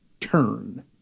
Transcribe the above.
turn